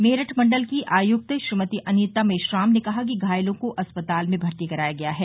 मेरठ मंडल की आयुक्त श्रीमती अनिता मेश्राम ने कहा कि घायलों को अस्पताल में भर्ती कराया गया है